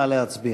נא להצביע.